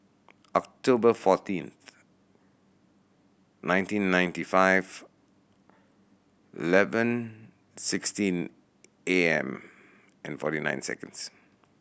October fourteenth nineteen ninety five eleven sixteen A M and forty nine seconds